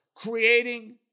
creating